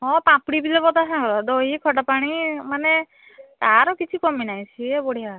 ହଁ ପାମ୍ପଡ଼ି ଦେବ ତା ସାଙ୍ଗର ଦହି ଖଟା ପାଣି ମାନେ ତା'ର କିଛି କମି ନାହିଁ ସିଏ ବଢ଼ିଆ